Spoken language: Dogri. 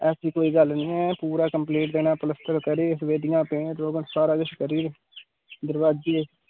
ऐसी कोई गल्ल निं ऐ पूरा कंप्लीट देना पलस्तर करियै सफेदियां पेंट रोगन सारा किश करियै दरवाजे